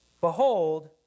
Behold